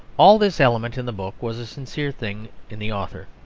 all this element in the book was a sincere thing in the author,